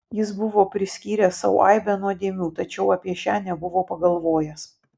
jis buvo priskyręs sau aibę nuodėmių tačiau apie šią nebuvo pagalvojęs